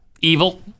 Evil